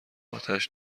آتش